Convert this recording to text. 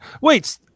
Wait